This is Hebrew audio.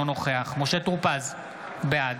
אינו